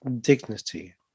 dignity